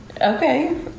Okay